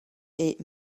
est